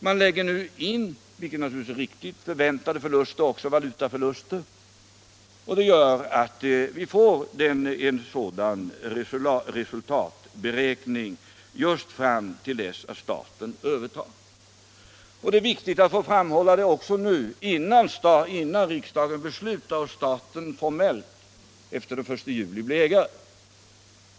Man lägger nu in — vilket naturligtvis är riktigt —- förväntade förluster och även valutaförluster, och det gör att vi får en sådan här resultatberäkning fram till dess att staten övertar verksamheten. Det är viktigt att få framhålla detta nu, innan riksdagen beslutar och staten formellt — efter den 1 juli — blir ägare.